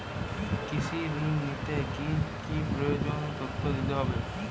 কৃষি ঋণ নিতে কি কি প্রয়োজনীয় তথ্য দিতে হবে?